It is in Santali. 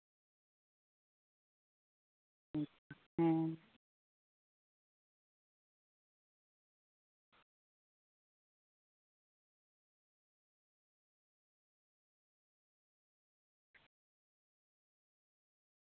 ᱦᱮᱸ